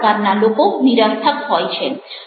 આવા પ્રકારના લોકો નિરર્થક હોય છે